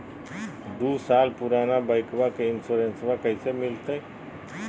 दू साल पुराना बाइकबा के इंसोरेंसबा कैसे मिलते?